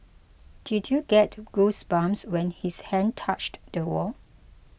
did you get goosebumps when his hand touched the wall